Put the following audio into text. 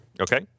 Okay